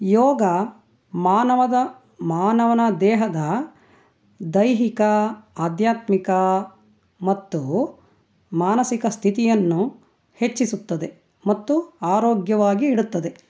ಯೋಗ ಮಾನವದ ಮಾನವನ ದೇಹದ ದೈಹಿಕ ಆಧ್ಯಾತ್ಮಿಕ ಮತ್ತು ಮಾನಸಿಕ ಸ್ಥಿತಿಯನ್ನು ಹೆಚ್ಚಿಸುತ್ತದೆ ಮತ್ತು ಆರೋಗ್ಯವಾಗಿ ಇಡುತ್ತದೆ